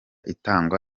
itangwa